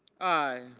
i.